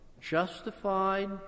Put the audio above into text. justified